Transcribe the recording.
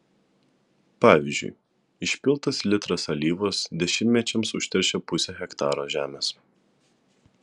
pavyzdžiui išpiltas litras alyvos dešimtmečiams užteršia pusę hektaro žemės